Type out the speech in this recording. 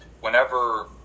whenever